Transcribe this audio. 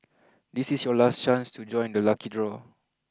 this is your last chance to join the lucky draw